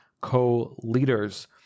co-leaders